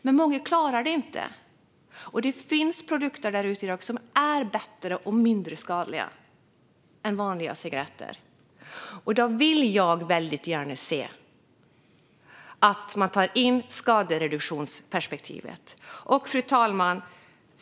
Men många klarar det inte, och det finns produkter som är bättre och mindre skadliga än vanliga cigaretter. Jag vill därför gärna se att man tar in skadereduktionsperspektivet. Fru talman!